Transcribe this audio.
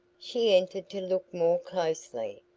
she entered to look more closely,